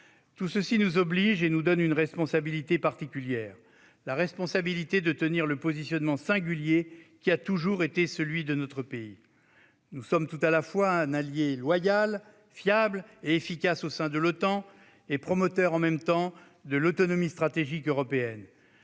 place nous oblige et nous donne une responsabilité particulière : celle de tenir le positionnement singulier qui a toujours été celui de notre pays. Nous sommes tout à la fois un allié loyal, fiable et efficace au sein de l'Otan, et un promoteur de l'autonomie stratégique européenne.